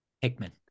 Hickman